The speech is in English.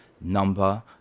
number